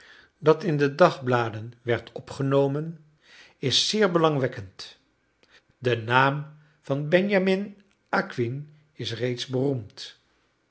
dat in de dagbladen werd opgenomen is zeer belangwekkend de naam van benjamin acquin is reeds beroemd